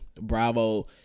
bravo